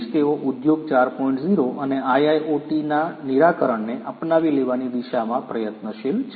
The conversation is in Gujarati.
0 અને IIoTના નિરાકરણને અપનાવી લેવાની દિશામાં પ્રયત્નશીલ છે